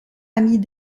amie